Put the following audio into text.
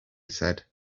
said